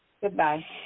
Goodbye